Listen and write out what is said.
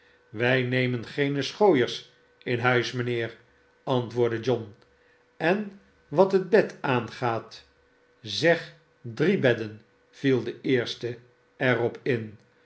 wij nemen geene schooiers in huis mijnheer antwoordde john en wat het bed aangaat zeg drie bedden viel de eerste er op in